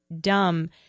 dumb